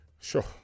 Sure